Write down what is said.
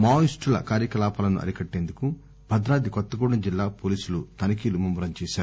మావోయిస్టుల కార్యకలాపాలను అరికట్టేందుకు భద్రాద్రి కొత్తడూడెం జిల్లా పోలీసులు తనిఖీలు ముమ్మ రం చేశారు